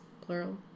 plural